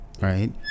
right